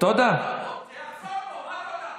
תודה, חבר הכנסת אבו שחאדה.